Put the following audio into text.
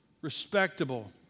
respectable